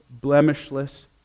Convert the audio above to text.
blemishless